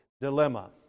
dilemma